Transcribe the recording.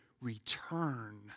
return